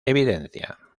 evidencia